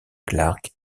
clark